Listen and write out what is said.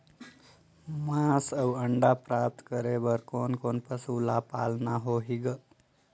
मांस अउ अंडा प्राप्त करे बर कोन कोन पशु ल पालना होही ग?